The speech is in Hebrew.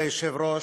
מכובדי היושב-ראש,